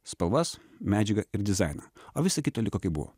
spalvas medžiagą ir dizainą o visa kita liko kaip buvo